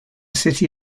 city